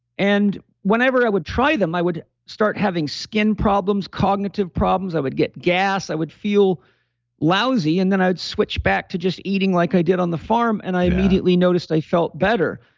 and whenever i would try them, i would start having skin problems, cognitive problems. i would get gas, i would feel lousy. and then i would switch back just eating like i did on the farm. and i immediately noticed i felt better.